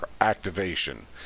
activation